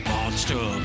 Monster